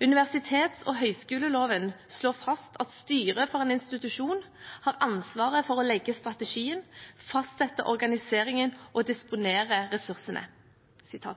Universitets- og høyskoleloven slår fast at styret for en institusjon har ansvar for å legge strategien, fastsette organiseringen og disponere ressursene.» Hvilke